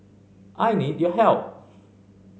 I need your help